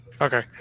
Okay